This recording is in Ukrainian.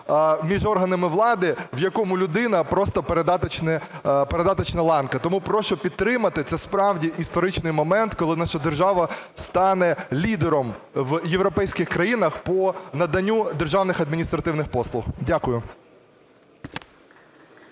між органами влади, в якому людина просто передаточна ланка. Тому прошу підтримати, це справді історичний момент, коли наша держава стане лідером в європейських країнах по наданню державних адміністративних послуг. Дякую.